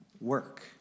work